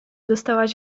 dostałaś